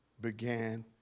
began